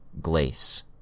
Glace